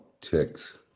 Ticks